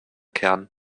kern